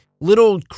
little